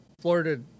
florida